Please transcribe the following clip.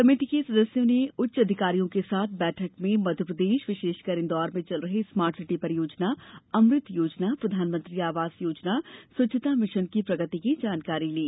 समिति के सदस्यों ने उच्च अधिकारियों के साथ बैठक में मध्यप्रदेश विशेषकर इंदौर में चल रही स्मार्ट सिटी परियोजना अमृत योजना प्रधानमंत्री आवास योजना स्वच्छता भिशन की प्रगति की जानकारी ली